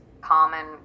common